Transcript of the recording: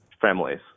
families